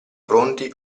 pronti